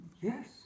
yes